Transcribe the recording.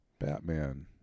Batman